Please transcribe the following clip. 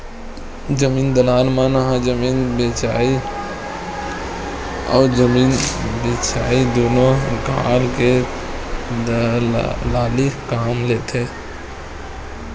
जमीन दलाल मन ह जमीन बेचइया अउ जमीन बिसईया दुनो जघा ले दलाली कमा लेथे